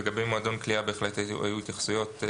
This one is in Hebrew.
לגבי מועדון קליעה בהחלט היו התייחסויות.